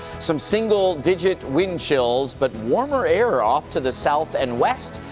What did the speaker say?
some single-digit wind chills, but warmer air off to the south and west,